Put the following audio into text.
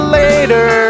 later